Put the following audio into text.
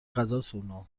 غذاتون